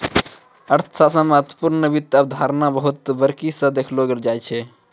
अर्थशास्त्र मे महत्वपूर्ण वित्त अवधारणा बहुत बारीकी स देखलो जाय छै